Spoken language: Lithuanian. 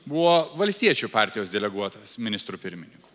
buvo valstiečių partijos deleguotas ministru pirmininku